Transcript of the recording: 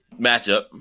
matchup